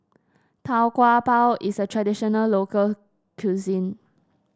Tau Kwa Pau is a traditional local cuisine